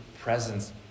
presence